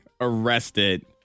arrested